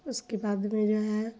اس کے بعد میں جو ہے